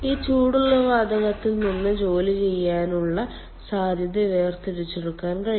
ഈ ചൂടുള്ള വാതകത്തിൽ നിന്ന് ജോലി ചെയ്യാനുള്ള സാധ്യത വേർതിരിച്ചെടുക്കാൻ കഴിയും